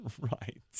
Right